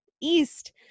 East